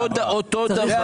אותו דבר.